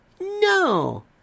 No